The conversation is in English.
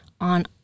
on